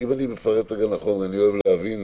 אני אוהב להבין,